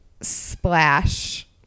Splash